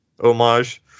Homage